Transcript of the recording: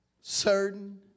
certain